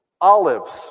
olives